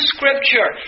Scripture